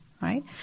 right